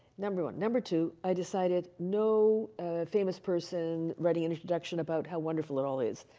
number one. number two, i decided no famous person writing an introduction about how wonderful it all is.